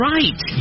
Right